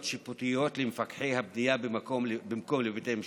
שיפוטיות למפקחי הבנייה במקום לבתי המשפט,